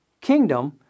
Kingdom